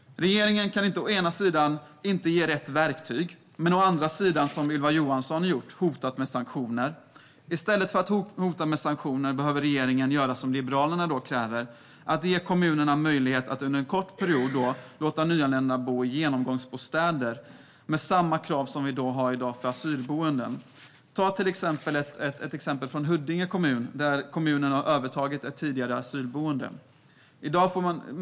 Regeringen kan inte å ena sidan låta bli att ge rätt verktyg och å andra sidan, som Ylva Johansson har gjort, hota med sanktioner. I stället för att hota med sanktioner behöver regeringen göra som Liberalerna kräver, nämligen ge kommunerna möjlighet att under en kort period låta nyanlända bo i genomgångsbostäder med samma krav som vi i dag har för asylboenden. Jag kan ta ett exempel från Huddinge kommun där kommunen har övertagit ett tidigare asylboende.